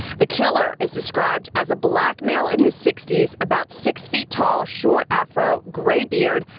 the killer is described as a black male in his sixty s about six feet tall, short afro, gray beard,